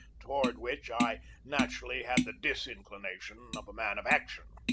toward which i naturally had the dis inclination of a man of action.